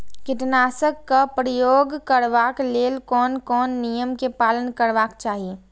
कीटनाशक क प्रयोग करबाक लेल कोन कोन नियम के पालन करबाक चाही?